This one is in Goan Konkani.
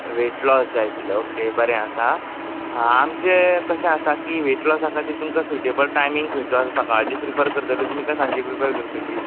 वैट लॉस जाय आशिल्लें ओके बरें आसा आं आमचें कशें आसा की वैट लॉसा आसा की वैट लॉस आसा की तुमकां सुटेबल टायमींग खंयचो आसता सकाळचे प्रिफर करतलीं तुमी कांय सांजे प्रिफर करतलीं